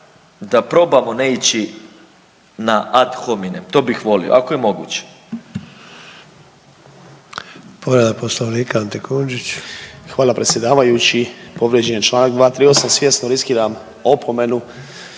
da probamo ne ići na ad hominem to bih volio ako je moguće.